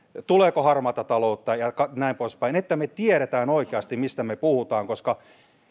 tuleeko harmaata taloutta ja näin poispäin niin että me tiedämme oikeasti mistä me puhumme koska